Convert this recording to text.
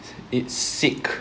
it's sick